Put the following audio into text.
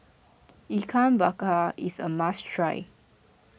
Ikan Bakar is a must try